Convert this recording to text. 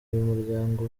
muryango